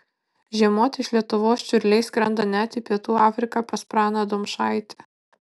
žiemoti iš lietuvos čiurliai skrenda net į pietų afriką pas praną domšaitį